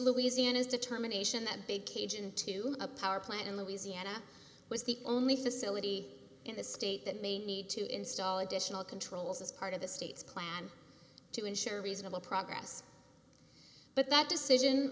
louisiana's determination that big cage into a power plant in louisiana was the only facility in the state that may need to install additional controls as part of the state's plan to ensure reasonable progress but that decision